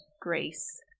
grace